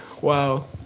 Wow